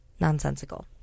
Nonsensical